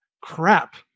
crap